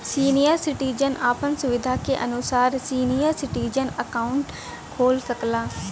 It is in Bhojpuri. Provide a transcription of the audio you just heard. सीनियर सिटीजन आपन सुविधा के अनुसार सीनियर सिटीजन अकाउंट खोल सकला